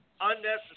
unnecessary